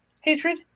hatred